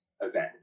event